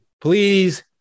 Please